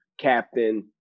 captain